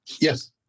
yes